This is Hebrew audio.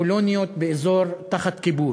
הן קולוניות באזור תחת כיבוש.